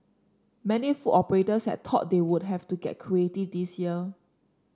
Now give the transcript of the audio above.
many food operators had thought they would have to get creative this year